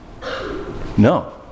No